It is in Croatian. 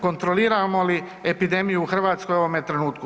Kontroliramo li epidemiju u Hrvatskoj u ovome trenutku?